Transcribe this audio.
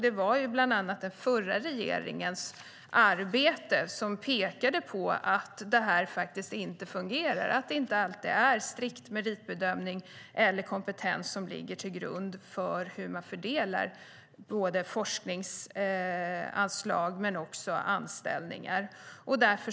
Det var bland annat den förra regeringens arbete som pekade på att det inte fungerar och att det inte alltid är strikt meritbedömning eller kompetens som ligger till grund för hur både forskningsanslag och anställningar fördelas.